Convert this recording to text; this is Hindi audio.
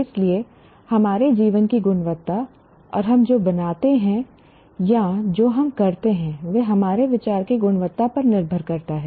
इसलिए हमारे जीवन की गुणवत्ता और हम जो बनाते हैं या जो हम करते हैं वह हमारे विचार की गुणवत्ता पर निर्भर करता है